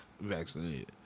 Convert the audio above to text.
vaccinated